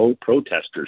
protesters